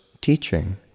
teaching